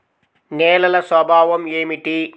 నేలల స్వభావం ఏమిటీ?